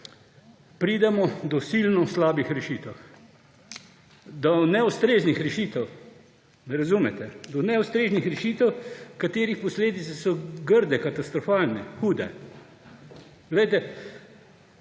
pridemo do silno slabih rešitev. Do neustreznih rešitev. Me razumete? Do neustreznih rešitev, katerih posledice so grde, katastrofalne, hude. Osnova